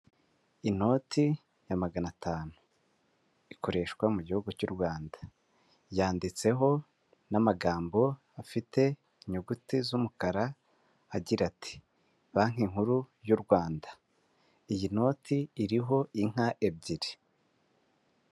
Inoti ya magana atanu ikoreshwa mu gihugu cy'u Rwanda yanditseho n'amagambo afite inyuguti z'umukara agira ati banki nkuru y'u Rwanda iyi noti iriho inka ebyiri.